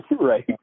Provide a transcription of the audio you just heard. Right